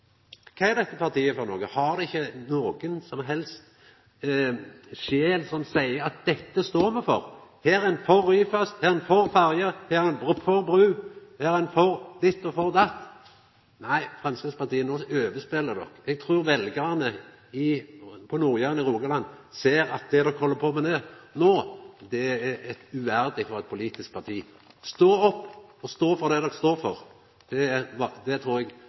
kva er dette partiet for noko? Har dei ikkje nokon som helst sjel som seier at dette står me for? Her er ein for Ryfast, her er ein for ferje, her er ein for bru, her er ein for ditt og for datt. Nei, no overspeler Framstegspartiet. Eg trur veljarane på Nord-Jæren, i Rogaland, ser at det de no held på med, er uverdig for eit politisk parti. Stå opp og stå for det de står for! Det trur eg